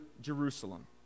Jerusalem